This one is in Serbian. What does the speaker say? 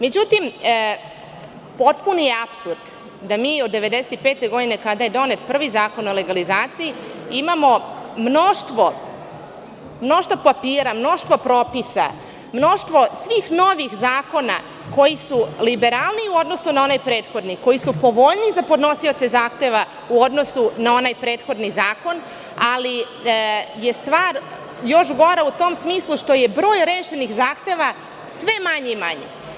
Međutim, potpuni je apsurd da mi od 1995. godine, kada je donet prvi Zakon o legalizaciji, imamo mnoštvo papira, mnoštvo propisa, mnoštvo svih novih zakona koji su liberalniji u odnosu na onaj prethodni, koji su povoljniji za podnosioce zahteva u odnosu na onaj prethodni zakon, ali je stvar još gora u tom smislu što je broj rešenih zahteva sve manji i manji.